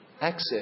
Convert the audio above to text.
access